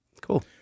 Cool